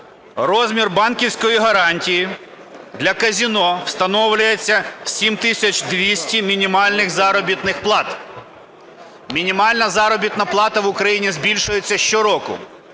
Розмір банківської гарантії для казино встановлюється в 7 тисяч 200 мінімальних заробітних плат, мінімальна заробітна плата в Україні збільшується щороку.